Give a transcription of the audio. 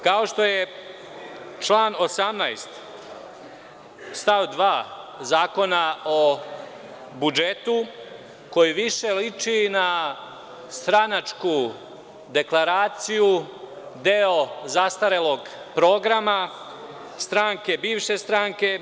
Kao što je član 18. stav 2. Zakona o budžetu koji više liči na stranačku deklaraciju, deo zastarelog programa, stranke, bivše stranke…